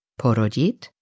porodit